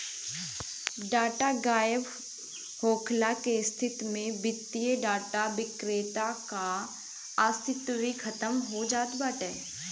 data गायब होखला के स्थिति में वित्तीय डाटा विक्रेता कअ अस्तित्व भी खतम हो जात बाटे